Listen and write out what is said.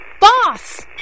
Boss